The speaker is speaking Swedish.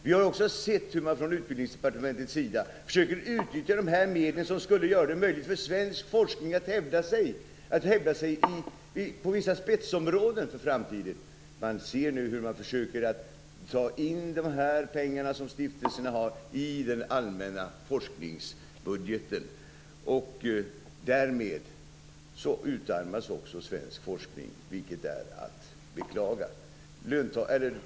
Vi har sett hur man från Utbildningsdepartementets sida försöker utnyttja de medel som skulle göra det möjligt för svensk forskning att hävda sig på vissa spetsområden inför framtiden. Vi ser nu hur man försöker ta in de pengar som stiftelserna har i den allmänna forskningsbudgeten. Därmed utarmas också svensk forskning, vilket är att beklaga.